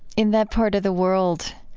in that part of the world,